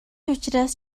учраас